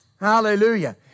Hallelujah